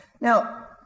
Now